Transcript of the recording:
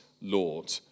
Lord